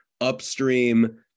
upstream